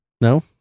No